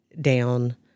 down